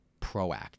proactive